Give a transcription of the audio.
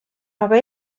aga